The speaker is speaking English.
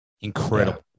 incredible